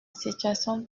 situation